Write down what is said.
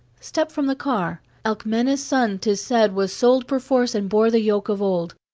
step from the car alcmena's son, tis said, was sold perforce and bore the yoke of old.